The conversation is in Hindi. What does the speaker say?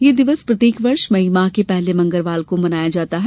यह दिवस प्रत्येक वर्ष मई माह के पहले मंगलवार को मनाया जाता है